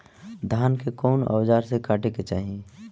धान के कउन औजार से काटे के चाही?